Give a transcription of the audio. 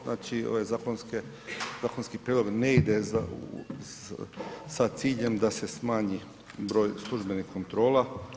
Znači ovaj zakonski prijedlog ne ide sa ciljem da se smanji broj službenih kontrola.